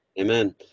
Amen